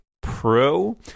Pro